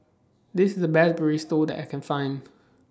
This IS The Best Burrito that I Can Find